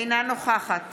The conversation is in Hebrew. אינה נוכחת